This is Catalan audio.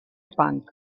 punk